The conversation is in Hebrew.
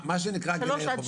מה שנקרא גילאי חובה.